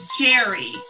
Jerry